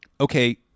okay